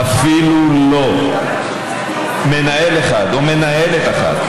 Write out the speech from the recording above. אפילו לא מנהל אחד או מנהלת אחת